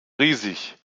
riesig